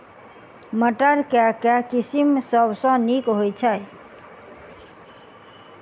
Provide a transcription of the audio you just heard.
मटर केँ के किसिम सबसँ नीक होइ छै?